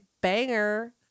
banger